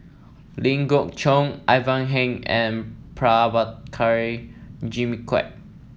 Ling Geok Choon Ivan Heng and Prabhakara Jimmy Quek